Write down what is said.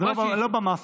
לא במאסות.